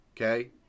Okay